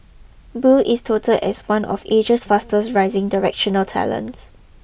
Boo is touted as one of Asia's fastest rising directorial talents